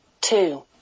Two